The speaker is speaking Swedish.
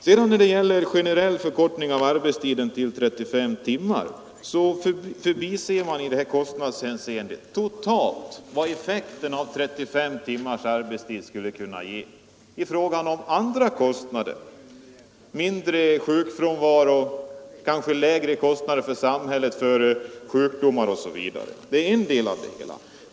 När det gäller kostnaderna för en generell förkortning av arbetstiden till 35 timmar förbiser man totalt vad effekten av 35 timmars arbetstid skulle kunna bli i fråga om andra kostnader: mindre sjukdomsfrånvaro och därmed kanske lägre kostnader för samhället osv. Det är en del av det hela.